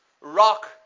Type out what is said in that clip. rock